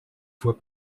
fois